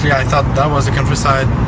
yeah i thought that was the countryside,